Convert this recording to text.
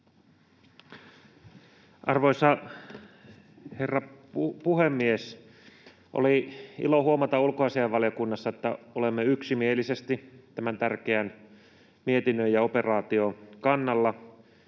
Arvoisa herra puhemies! Oli ilo huomata ulkoasiainvaliokunnassa, että olemme yksimielisesti tämän tärkeän mietinnön ja operaation kannalla.